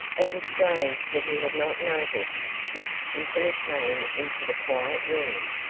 it was strange that he had not noticed this until he came into the quiet room,